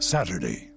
Saturday